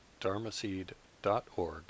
dharmaseed.org